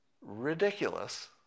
ridiculous